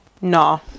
Nah